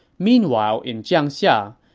meanwhile in jiangxia,